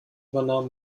übernahm